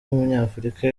w’umunyafurika